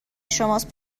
شماست